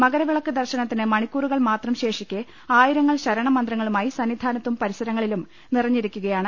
മകരവിളക്ക് ദർശനത്തിന് മണിക്കൂറുകൾമാത്രം ശേഷിക്കെ ആയിരങ്ങൾ ശരണമന്ത്രങ്ങളു മായി സന്നിധാനത്തും പരിസരങ്ങളിലും നിറഞ്ഞിരിക്കുകയാണ്